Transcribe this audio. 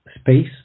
space